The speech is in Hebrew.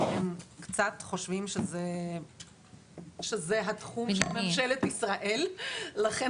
הם קצת חושבים שזה התחום של ממשלת ישראל ולכן